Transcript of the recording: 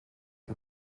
you